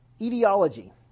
Etiology